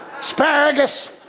asparagus